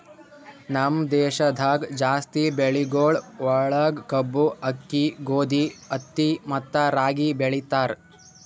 ನಮ್ ದೇಶದಾಗ್ ಜಾಸ್ತಿ ಬೆಳಿಗೊಳ್ ಒಳಗ್ ಕಬ್ಬು, ಆಕ್ಕಿ, ಗೋದಿ, ಹತ್ತಿ ಮತ್ತ ರಾಗಿ ಬೆಳಿತಾರ್